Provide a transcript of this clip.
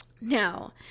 now